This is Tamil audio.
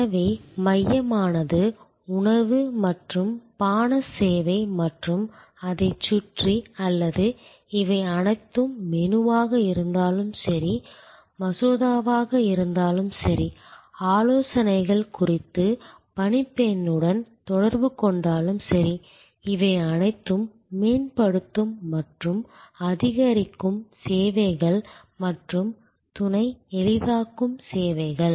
எனவே மையமானது உணவு மற்றும் பான சேவை மற்றும் அதைச் சுற்றி அல்லது இவை அனைத்தும் மெனுவாக இருந்தாலும் சரி மசோதாவாக இருந்தாலும் சரி ஆலோசனைகள் குறித்து பணிப்பெண்ணுடன் தொடர்பு கொண்டாலும் சரி இவை அனைத்தும் மேம்படுத்தும் மற்றும் அதிகரிக்கும் சேவைகள் மற்றும் துணை எளிதாக்கும் சேவைகள்